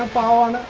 bond